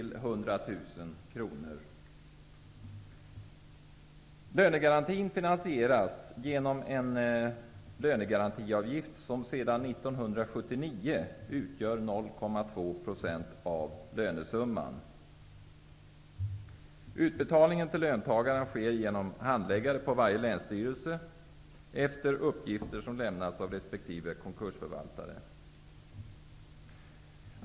Lönegarantin finansieras genom en lönegarantiavgift som sedan 1979 utgör 0,2 % av lönesumman. Utbetalningen till löntagaren sker genom handläggare på varje länsstyrelse efter uppgifter som lämnas av resp. konkursförvaltare.